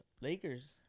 Lakers